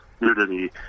nudity